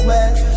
West